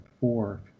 four